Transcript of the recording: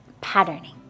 patterning